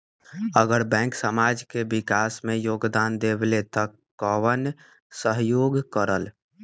अगर बैंक समाज के विकास मे योगदान देबले त कबन सहयोग करल?